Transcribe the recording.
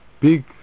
big